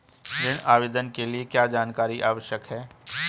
ऋण आवेदन के लिए क्या जानकारी आवश्यक है?